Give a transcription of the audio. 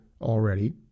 already